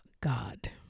God